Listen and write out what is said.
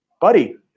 buddy